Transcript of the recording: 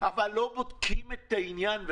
אבל לא בודקים את העניין.